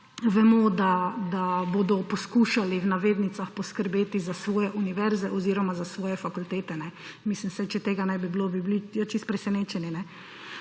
vemo, da bodo poskušali, v navednicah, poskrbeti za svoje univerze oziroma za svoje fakultete. Mislim, saj, če tega ne bi bilo, bi bili čisto presenečeni.